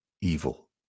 evil